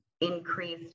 increased